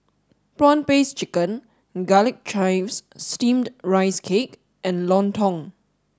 prawn paste chicken garlic chives steamed rice cake and Lontong